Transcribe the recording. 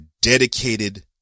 dedicated